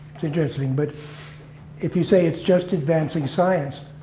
it's interesting. but if you say it's just advancing science,